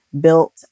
built